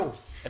(הישיבה נפסקה בשעה 11:31 ונתחדשה בשעה 11:57.) אני